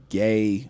gay